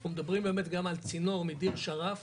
אנחנו מדברים באמת גם על צינור מדיר שרף